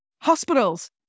hospitals